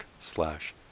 slash